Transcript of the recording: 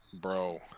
Bro